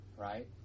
right